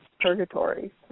purgatory